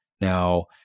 Now